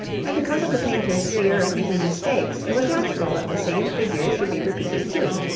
and because of the painter's fear of making mistakes it was natural that the same figures should be repeated too.